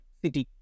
city